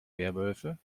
werwölfe